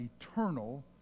eternal